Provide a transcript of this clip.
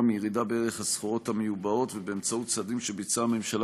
מירידה בערך הסחורות המיובאות ומצעדים שביצעה הממשלה